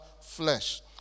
flesh